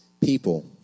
people